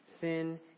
Sin